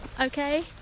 Okay